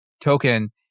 token